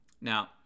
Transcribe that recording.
Now